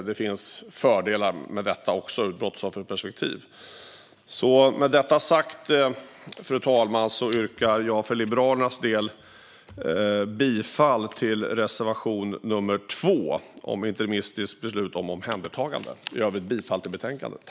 Det finns fördelar med detta också ur ett brottsofferperspektiv. Med detta sagt, fru talman, yrkar jag för Liberalernas del bifall till reservation nummer 2 om interimistiskt beslut om omhändertagande och i övrigt bifall till förslaget.